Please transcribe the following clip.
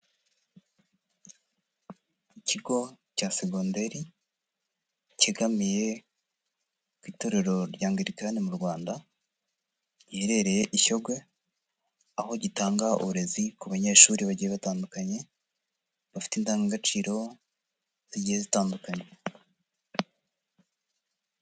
Ikigo cya segonderi cyegamiye ku itorero rya Angilikani mu Rwanda, giherereye i Shyogwe, aho gitanga uburezi ku banyeshuri bagiye batandukanye, bafite indangagaciro zigiye zitandukanye.